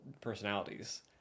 personalities